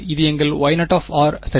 இது உங்கள் Y 0 சரி